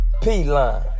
P-Line